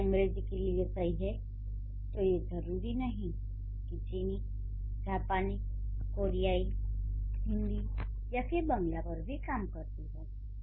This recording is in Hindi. अगर ये अंग्रेजी के लिए सही हैं तो ये जरूरी नहीं कि चीनी जापानी कोरियाई हिन्दी या फ़िर बंगला पर भी काम करती हों